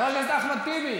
חבר הכנסת אחמד טיבי,